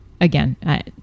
again